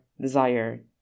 desire